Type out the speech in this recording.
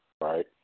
right